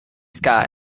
sky